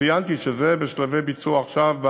שציינתי שזה בשלבי ביצוע עכשיו,